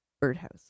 birdhouse